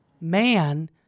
man